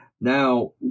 Now